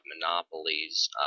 monopolies